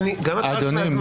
אדוני,